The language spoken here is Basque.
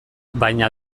baina